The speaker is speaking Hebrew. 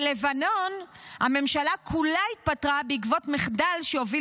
בלבנון הממשלה כולה התפטרה בעקבות מחדל שהוביל